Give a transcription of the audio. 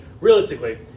realistically